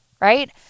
right